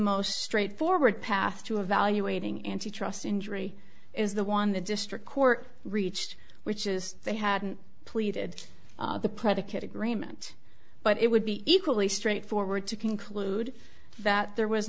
most straightforward path to evaluating antitrust injury is the one the district court reached which is they hadn't pleaded the predicate agreement but it would be equally straightforward to conclude that there was